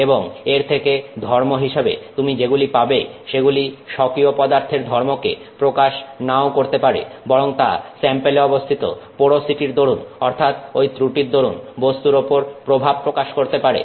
এবং এর থেকে ধর্ম হিসাবে তুমি যেগুলি পাবে সেগুলি স্বকীয় পদার্থের ধর্মকে প্রকাশ নাও করতে পারে বরং তা স্যাম্পেলে অবস্থিত পোরোসিটির দরুন অর্থাৎ ঐ ত্রুটির দরুন বস্তুর ওপর প্রভাব প্রকাশ করতে পারে